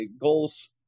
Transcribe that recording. goals